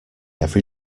every